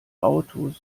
autos